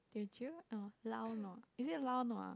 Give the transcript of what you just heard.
did you lao nua is it lao nua ah